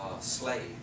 slave